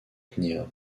tenir